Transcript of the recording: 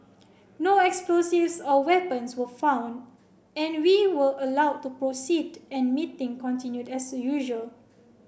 no explosives or weapons were found and we were allow to proceed and meeting continued as usual